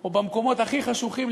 או במקומות הכי חשוכים,